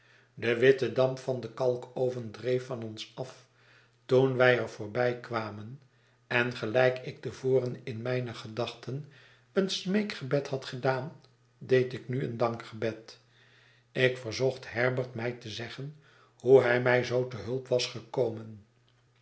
de witte damp van den kalkoven dreef van ons af toen wij er voorbijkwamen en gelijk ik te voren in mijne gedachten een smeekgebed had gedaan deed ik nu een dankgebed ik verzocht herbert mij te zeggen hoe hij mij zoo te hulp was gekomen